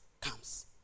comes